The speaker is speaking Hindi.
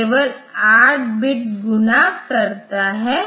तो जब भी यह पता चलेगा कि यह किसी कांस्टेंट से गुणा कर रहा है